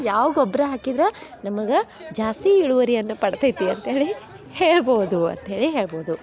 ಯಾವ ಗೊಬ್ಬರ ಹಾಕಿದ್ರೆ ನಮ್ಗೆ ಜಾಸ್ತಿ ಇಳುವರಿಯನ್ನ ಪಡ್ತೈತೆ ಅಂತ್ಹೇಳಿ ಹೇಳ್ಬೋದು ಅಂತ್ಹೇಳಿ ಹೇಳ್ಬೋದು